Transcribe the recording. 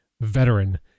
veteran